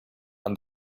and